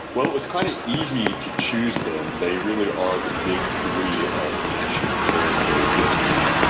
well, it was kind of easy to choose them. they really are the big three of ancient military history,